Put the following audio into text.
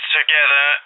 together